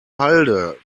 halde